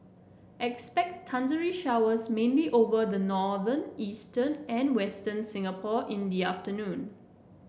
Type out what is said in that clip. expect thundery showers mainly over the northern eastern and western Singapore in the afternoon